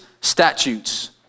statutes